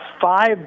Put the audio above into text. five